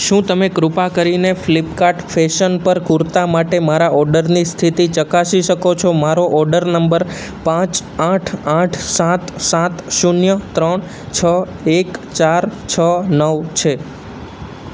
શું તમે કૃપા કરીને ફ્લીપકાર્ટ ફેશન પર કુર્તા માટે મારા ઓર્ડરની સ્થિતિ ચકાસી શકો છો મારો ઓર્ડર નંબર પાંચ આઠ આઠ સાત સાત શૂન્ય ત્રણ છ એક ચાર છ નવ છે